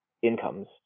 incomes